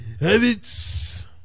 habits